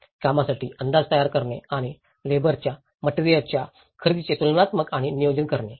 कामांसाठी अंदाज तयार करणे आणि लेबरांच्या मटेरिअल्साच्या खरेदीचे तुलनात्मक आणि नियोजन करणे